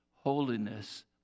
holiness